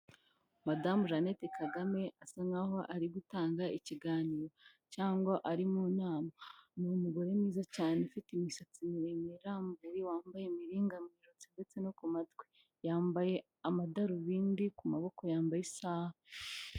Madamu Jeannette kagame asa nkaho ari gutanga ikiganiro cyangwa ari mu nama. Ni umugore mwiza cyane ufite imisatsi miremire irambuye wambaye imiringa mu ijosi ndetse no ku matwi . Yambaye amadarubindi ku maboko yambaye isaha.